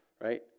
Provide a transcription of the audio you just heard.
right